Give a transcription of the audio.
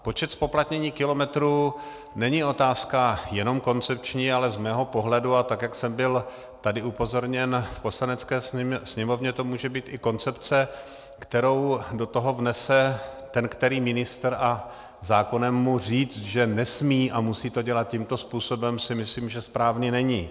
Počet zpoplatněných kilometrů není otázka jenom koncepční, ale z mého pohledu, a tak jak jsem byl tady upozorněn v Poslanecké sněmovně, to může být i koncepce, kterou do toho vnese ten který ministr, a zákonem mu říct, že nesmí a musí to dělat tímto způsobem, si myslím, že správné není.